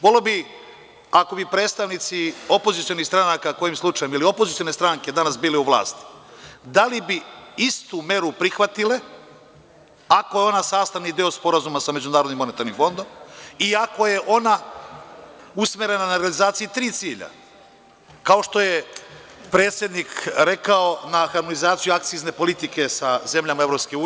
Voleo bih da vidim, ako bi predstavnici opozicionih stranaka kojim slučajem ili opozicione stranke danas bile u vlasti, da li bi istu meru prihvatile ako je ona sastavni deo Sporazumom sa MMF i ako je ona usmerena na realizaciju tri cilja, kao što je predsednik rekao na harmonizaciji akcizne politike sa zemljama EU.